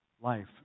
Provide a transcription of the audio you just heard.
life